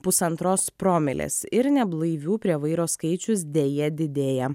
pusantros promilės ir neblaivių prie vairo skaičius deja didėja